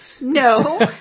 No